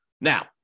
Now